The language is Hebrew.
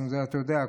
אתה יודע,